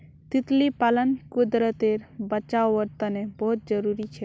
तितली पालन कुदरतेर बचाओर तने बहुत ज़रूरी छे